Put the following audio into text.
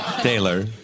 Taylor